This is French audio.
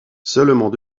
seulement